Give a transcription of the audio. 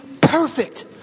perfect